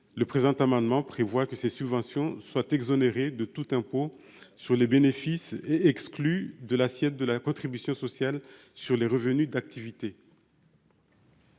la crise hydrique. Nous proposons que ces subventions soient exonérées de tout impôt sur les bénéfices et exclues de l’assiette de la contribution sociale sur les revenus d’activité.